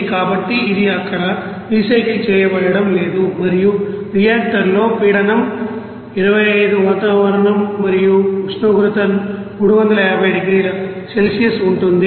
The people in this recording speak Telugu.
కాబట్టి ఇది అక్కడ రీసైకిల్ చేయబడటం లేదు మరియు రియాక్టర్లో పీడనం 25 వాతావరణం మరియు ఉష్ణోగ్రత 350 డిగ్రీల సెల్సియస్ ఉంటుంది